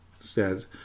says